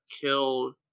killed